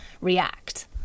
react